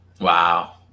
Wow